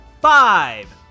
five